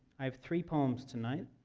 i have three poems tonight.